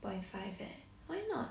point five eh why not